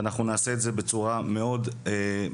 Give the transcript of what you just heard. ואנחנו נעשה את זה בצורה מאוד מנומסת,